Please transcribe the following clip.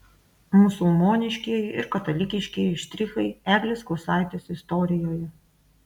musulmoniškieji ir katalikiškieji štrichai eglės kusaitės istorijoje